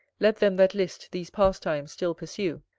let them that list, these pastimes still pursue,